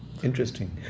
Interesting